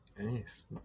Nice